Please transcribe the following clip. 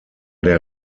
der